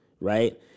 right